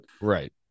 right